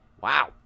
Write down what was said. Wow